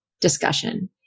discussion